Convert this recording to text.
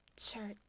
Sure